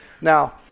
Now